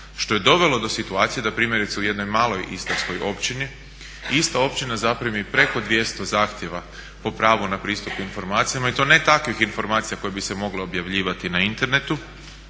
što je dovelo do situacije da primjerice u jednoj maloj istarskoj općini ista općina zaprimi preko 200 zahtjeva o pravu na pristup informacijama i to ne takvih informacija koje bi se mogle objavljivati na internetu